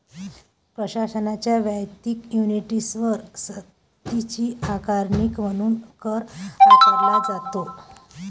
प्रशासनाच्या वैयक्तिक युनिट्सवर सक्तीची आकारणी म्हणून कर आकारला जातो